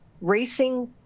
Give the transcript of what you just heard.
Racing